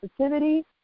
sensitivity